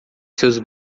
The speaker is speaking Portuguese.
seus